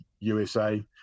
USA